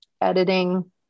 editing